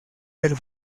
del